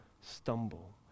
stumble